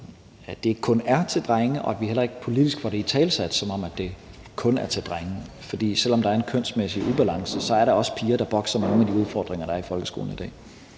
at det ikke kun er til drenge, og at vi heller ikke politisk får det italesat, som om det kun er til drenge. For selv om der er en kønsmæssig ubalance, er der også piger, der bokser med nogle af de udfordringer, der er i folkeskolen i dag.